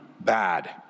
bad